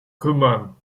kümmern